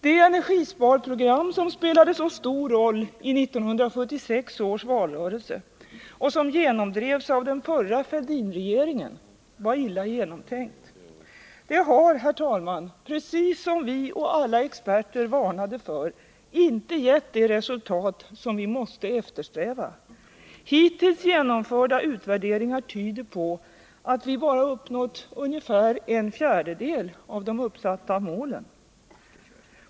Det energisparprogram som spelade så stor roll i 1976 års valrörelse och som genomdrevs av den förra Fälldinregeringen var illa genomtänkt. Det har, precis som vi och alla experter varnade för, inte givit det resultat som vi måste eftersträva. Hittills genomförda utvärderingar tyder på att vi bara uppnått ungefär en fjärdedel av de uppsatta målen.